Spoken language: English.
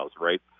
right